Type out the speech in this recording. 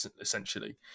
essentially